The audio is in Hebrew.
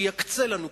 שיקצה לנו קצת.